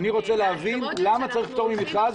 למה צריך פטור ממכרז?